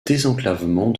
désenclavement